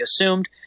assumed